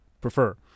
prefer